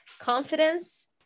confidence